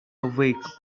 awake